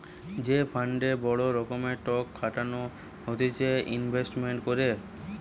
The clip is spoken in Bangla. যে ফান্ডে বড় রকমের টক খাটানো হতিছে ইনভেস্টমেন্ট করে